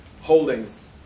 holdings